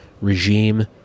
regime